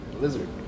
lizard